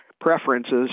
preferences